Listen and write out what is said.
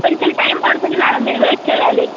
కొంచం టైమ్ పడుతుంది మేడం మీరు వెయిట్ చేయాలి